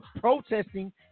protesting